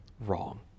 wrong